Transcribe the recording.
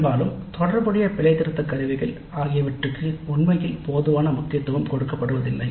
பெரும்பாலும் தொடர்புடைய பிழைத்திருத்த கருவிகள் ஆகியவற்றுக்கு உண்மையில் போதுமான முக்கியத்துவம் கொடுக்கப்படுவதில்லை